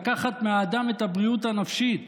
לקחת מהאדם את הבריאות הנפשית.